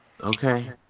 Okay